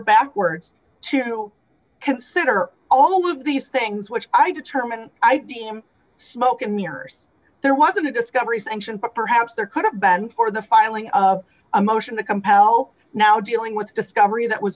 backwards to consider all of these things which i determine i deem smoke and mirrors there wasn't a discovery sanction but perhaps there could have been for the filing of a motion to compel now dealing with discovery that was